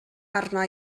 arna